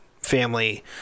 family